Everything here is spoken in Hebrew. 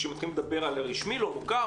כשמתחילים לדבר על הרשמי-לא מוכר,